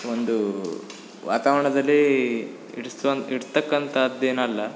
ಒಂದು ವಾತಾವರಣದಲ್ಲಿ ಇರ್ಸೊನ್ ಇಡ್ತಕ್ಕಂಥದ್ದು ಏನು ಅಲ್ಲ